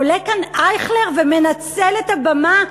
עולה כאן אייכלר ומנצל את הבמה,